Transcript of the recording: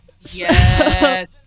Yes